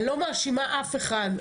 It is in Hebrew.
אני לא מאשימה אף אחד,